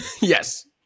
Yes